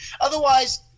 Otherwise